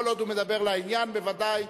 כל עוד הוא מדבר לעניין, בוודאי.